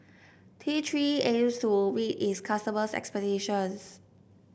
T Three aims to meet its customers' expectations